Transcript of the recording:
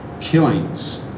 killings